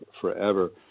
forever